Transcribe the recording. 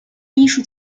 艺术